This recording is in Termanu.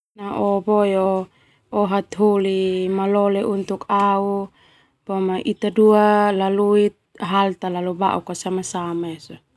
O hataholi malole untuk au boma ita dia lalui hal bauk sama-sama.